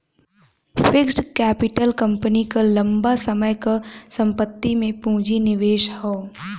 fixed capital company क लंबा समय क संपत्ति में पूंजी निवेश हौ